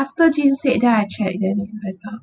after jean said then I check then I found